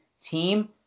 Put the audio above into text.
team